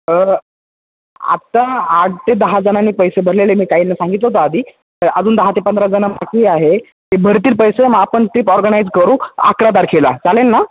तर आत्ता आठ ते दहा जणांनी पैसे भरलेले मी काहीना सांगितलं होतं आधी अजून दहा ते पंधरा जण बाकी आहे ते भरतील पैसे मग आपण ट्रिप ऑर्गनाईज करू अकरा तारखेला चालेल ना